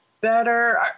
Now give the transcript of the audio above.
better